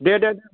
दे दे दे